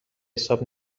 حساب